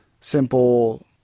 simple